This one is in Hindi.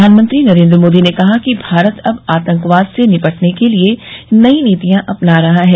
प्रधानमंत्री नरेन्द्र मोदी ने कहा है कि भारत अब आतंकवाद से निपटने के लिए नई नीतियां अपना रहा है